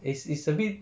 it's it's a bit